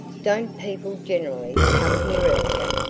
don't people generally come here earlier?